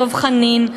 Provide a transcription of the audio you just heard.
דב חנין,